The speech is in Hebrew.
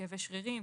כאבי שרירים,